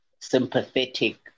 sympathetic